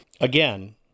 Again